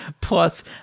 plus